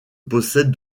possède